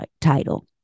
title